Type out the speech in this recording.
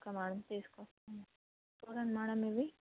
okay madam తీసుకు వస్తాను చూడండి మేడం ఇవి